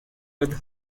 with